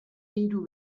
hiru